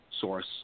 source